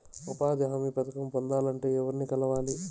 ఉపాధి హామీ పథకం పొందాలంటే ఎవర్ని కలవాలి?